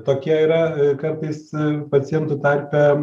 tokia yra kartais pacientų tarpe